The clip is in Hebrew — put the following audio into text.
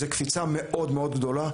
זאת קפיצה מאוד גדולה,